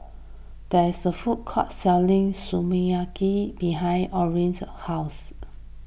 there is a food court selling Sukiyaki behind Orrin's house